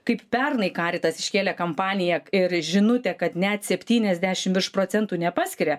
kaip pernai karitas iškėlė kampaniją ir žinutė kad net septyniasdešim procentų nepaskiria